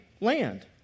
land